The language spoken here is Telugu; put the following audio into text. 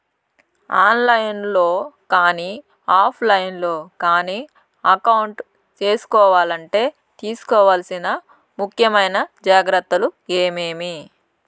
ఆన్ లైను లో కానీ ఆఫ్ లైను లో కానీ అకౌంట్ సేసుకోవాలంటే తీసుకోవాల్సిన ముఖ్యమైన జాగ్రత్తలు ఏమేమి?